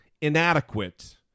inadequate